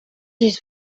his